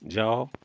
ଯାଅ